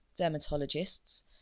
dermatologists